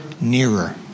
nearer